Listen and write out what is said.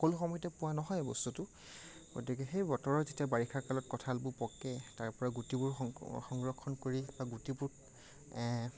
সকলো সময়তে পোৱা নহয় এই বস্তুটো গতিকে সেই বতৰত যেতিয়া বাৰিষাকালত কঠালবোৰ পকে তাৰ পৰা গুটিবোৰ সংক সংৰক্ষণ কৰি বা গুটিবোৰ